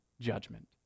judgment